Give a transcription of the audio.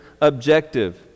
objective